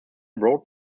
wrote